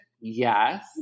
Yes